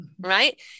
right